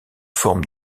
forme